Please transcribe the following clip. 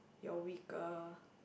you're weaker